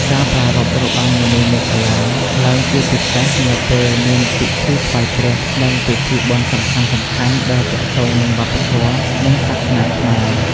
ការប្រារព្ធ របាំមុនីមាឃលា ឡើងជាពិសេសនៅពេលមានពិធីថ្វាយព្រះ និងពិធីបុណ្យសំខាន់ៗដែលទាក់ទងនឹងវប្បធម៌ និងសាសនាខ្មែរ។